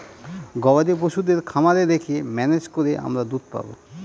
গবাদি পশুদের খামারে রেখে ম্যানেজ করে আমরা দুধ পাবো